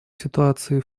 ситуации